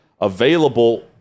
Available